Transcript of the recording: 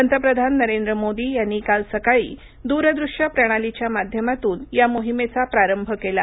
पंतप्रधान नरेंद्र मोदी यांनी काल सकाळी दूरदृश्य प्रणालीच्या माध्यमातून या मोहिमेचा प्रारंभ केला